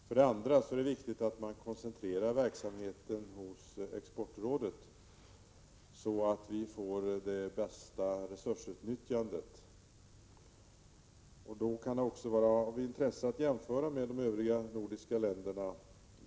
För det andra är det viktigt att man koncentrerar verksamheten hos Exportrådet, så att vi får det bästa resursutnyttjandet. Då kan det vara av intresse att jämföra med de övriga nordiska länderna.